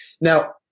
now